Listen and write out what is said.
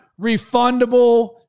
refundable